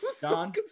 Don